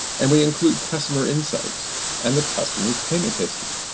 and we include customer insights and the customer's payment history.